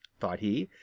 thought he,